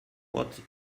what